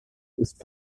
ist